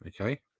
okay